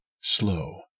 Slow